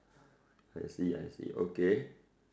I see I see okay